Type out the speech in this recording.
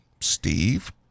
Steve